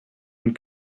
and